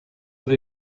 have